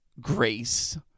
grace